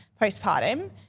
postpartum